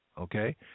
okay